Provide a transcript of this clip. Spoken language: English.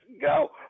go